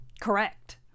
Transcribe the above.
Correct